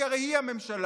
כי הרי היא הממשלה,